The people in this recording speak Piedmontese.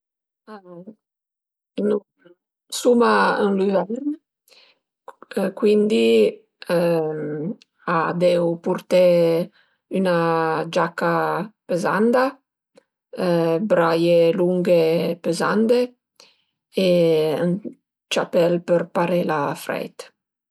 Alura, suma ën l'üvern cuindi a deu purté ün-a giaca pëzanda, braie lunghe pëzande e ün ciapel për paré la freit